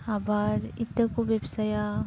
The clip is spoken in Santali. ᱟᱵᱟᱨ ᱤᱴᱟᱹ ᱠᱚ ᱵᱮᱵᱥᱟᱭᱟ